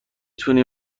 تونی